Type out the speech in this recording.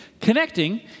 Connecting